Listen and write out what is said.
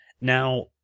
Now